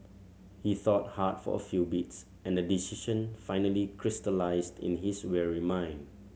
he thought hard for a few beats and a decision finally crystallised in his weary mind